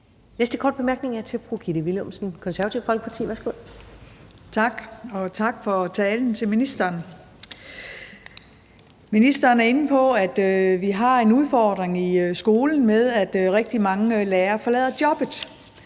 næste korte bemærkning er til fru Gitte Willumsen, Det Konservative Folkeparti. Værsgo. Kl. 15:25 Gitte Willumsen (KF): Tak, og tak for talen til ministeren. Ministeren er inde på, at vi har en udfordring i skolen med, at rigtig mange lærere forlader jobbet